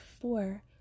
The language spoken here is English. four